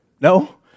No